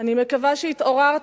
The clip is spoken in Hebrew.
אני מקווה שהתעוררת.